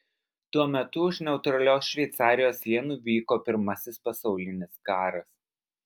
tuo metu už neutralios šveicarijos sienų vyko pirmasis pasaulinis karas